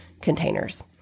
containers